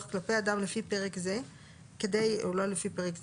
כלפי אדם לפי פרק זה --- או לא לפי פרק זה,